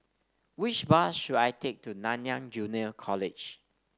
which bus should I take to Nanyang Junior College